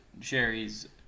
Sherry's